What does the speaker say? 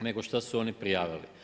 nego šta su oni prijavili.